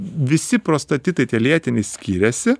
visi prostatitai tie lėtiniai skiriasi